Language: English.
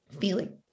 feeling